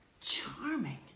charming